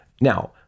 Now